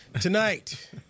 Tonight